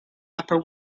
upper